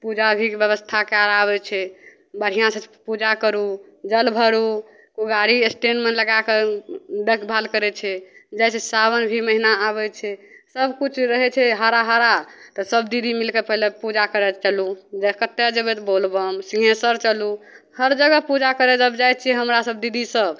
पूजा भी व्यवस्था कए आबय छै बढ़िआँसँ पूजा करु जल भरु उ गाड़ी एस्टेंडमे लगा कऽ देखभाल करय छै जैसे सावन भी महीना आबय छै सबकिछु रहय छै हरा हरा तऽ सब दीदी मिल कऽ पहिले पूजा करब चलु जा कतऽ जेबय तऽ बोलबम सिङ्घेसर चलु हर जगह पूजा करय जब जाइ छियै हमरा सब दीदी सब